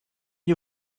you